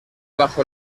bajo